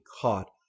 caught